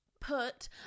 put